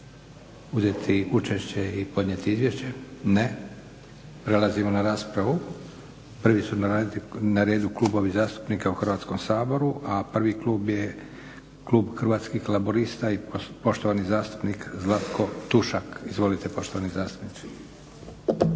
uzeti učešće i podnijeti izvješće? Ne. Prelazimo na raspravu. Prvi su na redu klubovi zastupnika u Hrvatskom saboru a prvi klub je Klub hrvatskih laburista i poštovani zastupnik Zlatko Tušak. Izvolite poštovani zastupniče.